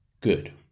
Good